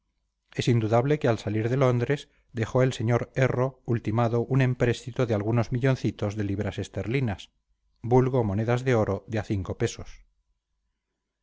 es indudable que al salir de londres dejó el sr erro ultimado un empréstito de algunos milloncitos de libras esterlinas vulgo monedas de oro de a cinco pesos